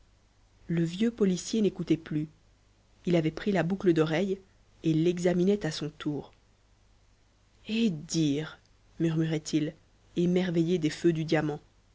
le vieux policier n'écoutait plus il avait pris la boucle d'oreille et l'examinait à son tour et dire murmurait-il émerveillé des feux du diamant